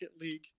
League